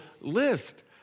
list